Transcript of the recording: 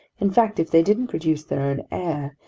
in fact, if they didn't produce their own air,